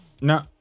no